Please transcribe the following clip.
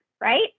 right